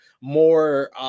more –